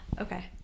okay